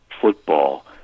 football